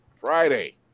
Friday